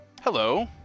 hello